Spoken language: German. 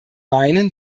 meinen